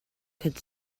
could